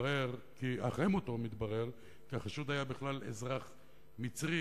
אחרי מותו התברר כי החשוד היה בכלל אזרח מצרי,